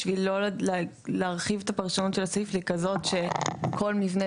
בשביל לא להרחיב את הפרשנות של הסעיף לכזאת שכל מבנה